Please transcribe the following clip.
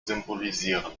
symbolisieren